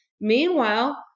Meanwhile